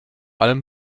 allem